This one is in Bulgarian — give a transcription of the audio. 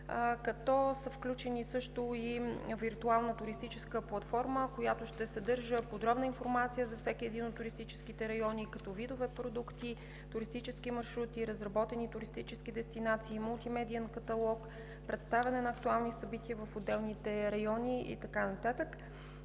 туризма. Включени са също и виртуална туристическа платформа, която ще съдържа подробна информация за всеки един от туристическите райони като видове продукти, туристически маршрути, разработени туристически дестинации, мултимедиен каталог, представяне на актуални събития в отделните райони и така нататък.